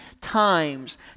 times